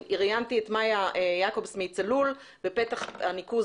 ראיינתי את מאיה יעקובס מ"צלול" בפתח הניקוז